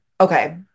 Okay